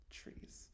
trees